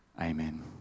Amen